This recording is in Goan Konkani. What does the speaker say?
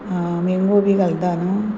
आं मँगो बी घालता न्हू